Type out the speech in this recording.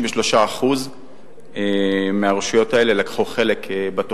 33% מהרשויות האלה לקחו חלק בתוכנית.